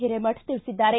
ಹಿರೇಮಠ ತಿಳಿಸಿದ್ದಾರೆ